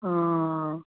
आं